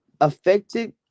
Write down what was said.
affected